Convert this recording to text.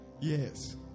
Yes